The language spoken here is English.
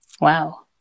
Wow